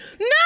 No